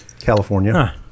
California